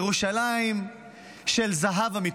ירושלים של זהב, אמיתי.